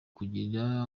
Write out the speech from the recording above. kugira